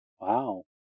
Wow